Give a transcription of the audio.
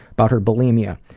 about her bulimia,